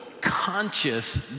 conscious